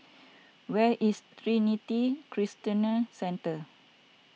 where is Trinity Christian Centre